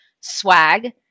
swag